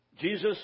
Jesus